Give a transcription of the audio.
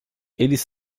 eles